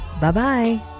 bye-bye